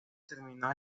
terminó